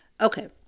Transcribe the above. Okay